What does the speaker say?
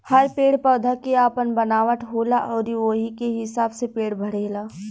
हर पेड़ पौधा के आपन बनावट होला अउरी ओही के हिसाब से पेड़ बढ़ेला